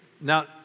Now